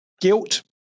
Guilt